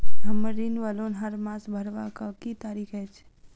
हम्मर ऋण वा लोन हरमास भरवाक की तारीख अछि?